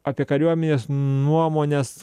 apie kariuomenės nuomones